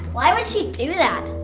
why would she do that?